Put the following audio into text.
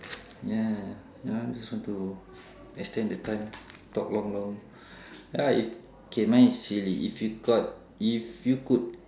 ya ya I just want to extend the time talk long long ya if K mine is silly if you got if you could